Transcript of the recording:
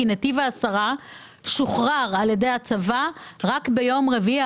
כי נתיב העשרה שוחרר על ידי הצבא רק ביום רביעי,